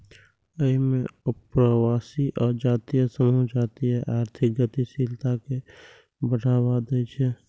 अय मे अप्रवासी आ जातीय समूह जातीय आर्थिक गतिशीलता कें बढ़ावा दै छै